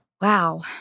Wow